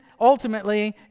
ultimately